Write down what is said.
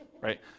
right